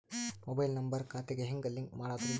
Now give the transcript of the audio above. Mobile number ಖಾತೆ ಗೆ ಹೆಂಗ್ ಲಿಂಕ್ ಮಾಡದ್ರಿ?